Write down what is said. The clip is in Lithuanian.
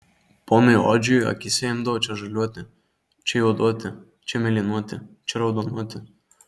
ponui odžiui akyse imdavo čia žaliuoti čia juoduoti čia mėlynuoti čia raudonuoti